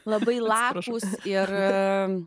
labai lakūs ir